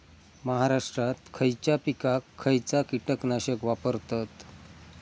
महाराष्ट्रात खयच्या पिकाक खयचा कीटकनाशक वापरतत?